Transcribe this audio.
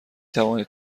توانید